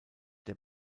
der